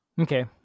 okay